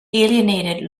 alienated